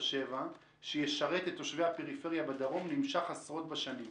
שבע שישרת את תושבי הפריפריה בדרום נמשך עשרות בשנים.